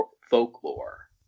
folklore